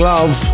Love